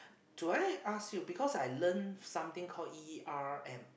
do I ask you because I learned something called E_R_M